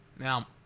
Now